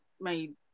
made